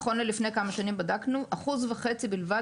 נכון ללפני כמה שנים בדקנו אחוז וחצי בלבד